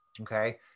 okay